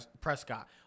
Prescott